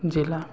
ଜିଲ୍ଲା